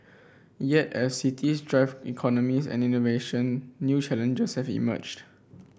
yet as cities drive economies and innovation new challenges have emerged